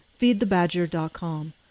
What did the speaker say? FeedTheBadger.com